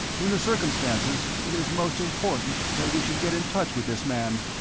in the circumstances it is most important that we should get in touch with this man.